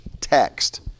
text